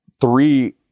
three